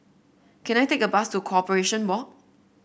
can I take a bus to Corporation Walk